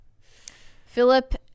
Philip